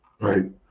right